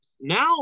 Now